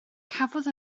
cafodd